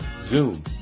Zoom